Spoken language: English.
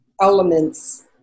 elements